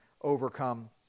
overcome